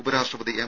ഉപരാഷ്ട്രപതി എം